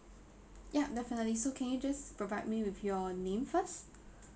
ya definitely so can you just provide me with your name first